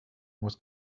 was